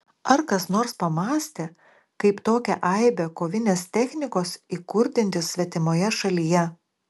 ar kas nors pamąstė kaip tokią aibę kovinės technikos įkurdinti svetimoje šalyje